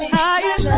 higher